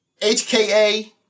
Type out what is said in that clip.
HKA